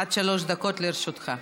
עד שלוש דקות לרשותך.